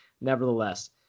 nevertheless